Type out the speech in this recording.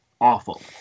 awful